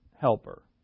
helper